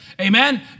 Amen